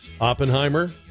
Oppenheimer